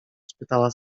spytała